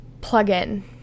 plug-in